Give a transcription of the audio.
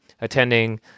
attending